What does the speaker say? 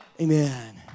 Amen